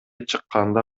чыкканда